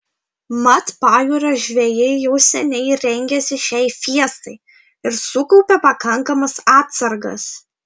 mat pajūrio žvejai jau seniai rengėsi šiai fiestai ir sukaupė pakankamas atsargas